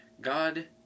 God